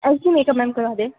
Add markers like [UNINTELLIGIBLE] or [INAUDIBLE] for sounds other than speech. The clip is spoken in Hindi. [UNINTELLIGIBLE] मेकअप मैम करा दें